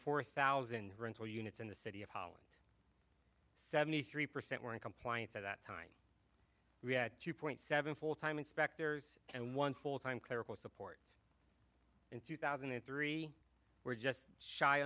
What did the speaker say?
four thousand rental units in the city of holland seventy three percent were in compliance at that time we had two point seven full time inspectors and one full time clerical support in two thousand and three were just shy